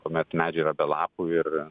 kuomet medžiai yra be lapų ir